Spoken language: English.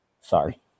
sorry